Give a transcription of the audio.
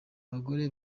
abagore